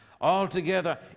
Altogether